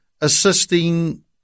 assisting